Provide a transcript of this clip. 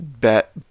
bet